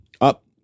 Up